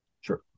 Sure